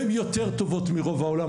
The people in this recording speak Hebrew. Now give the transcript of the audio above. הם יותר טובות מרוב העולם.